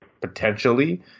potentially